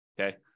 Okay